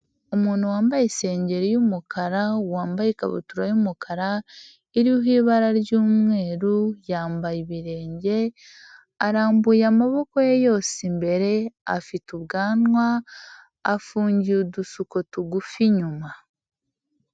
Umuntu wambaye isengeri y'umukara wambaye ikabutura y'umukara iriho ibara ry'umweru yambaye ibirenge arambuye amaboko ye yose imbere, afite ubwanwa afungiye udusuko tugufi inyuma.